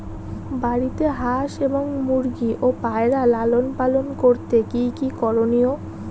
বাড়িতে হাঁস এবং মুরগি ও পায়রা লালন পালন করতে কী কী করণীয়?